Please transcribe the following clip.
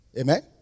Amen